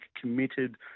committed